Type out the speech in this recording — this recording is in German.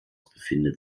befindet